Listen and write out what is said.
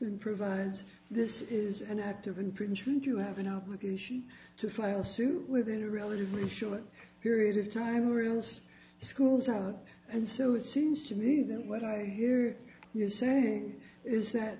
min provides this is an act of infringement you have an obligation to file suit within a relatively short period of time rules school's out and so it seems to me that what i hear you saying is that